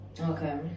Okay